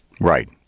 Right